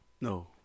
No